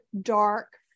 dark